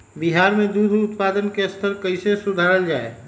बिहार में दूध उत्पादन के स्तर कइसे सुधारल जाय